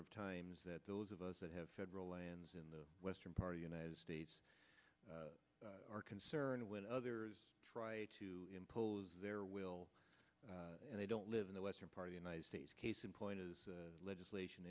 of times that those of us that have federal lands in the western part of united states are concerned with others trying to impose their will and they don't live in the western part of united states case in point is legislation